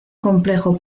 complejo